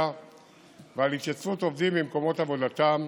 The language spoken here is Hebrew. ועל התייצבות עובדים במקומות עבודתם,